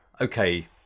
okay